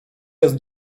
jest